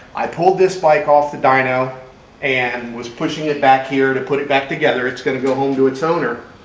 i pulled this bike off the dyno and was pushing it back here to put it back together. it's gonna go home to its owner.